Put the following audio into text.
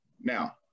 Now